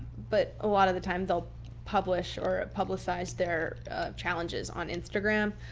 but a lot of the times they'll publish or publicize their challenges on instagram.